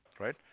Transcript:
right